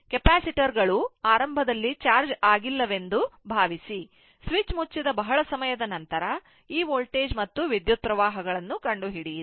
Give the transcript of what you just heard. ಕೆಪಾಸಿಟರ್ಗಳು ಆರಂಭದಲ್ಲಿ ಚಾರ್ಜ್ ಆಗಿಲ್ಲವೆಂದು ಭಾವಿಸಿ ಸ್ವಿಚ್ ಮುಚ್ಚಿದ ಬಹಳ ಸಮಯದ ನಂತರ ಈ ವೋಲ್ಟೇಜ್ ಮತ್ತು ವಿದ್ಯುತ್ ಪ್ರವಾಹಗಳನ್ನು ಕಂಡುಹಿಡಿಯಿರಿ